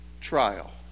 trial